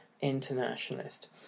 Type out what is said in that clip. internationalist